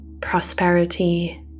prosperity